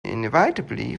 inevitably